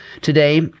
Today